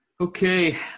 Okay